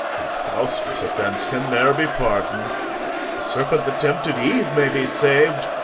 but faustus' offence can ne'er be pardoned the serpent that tempted eve may be saved,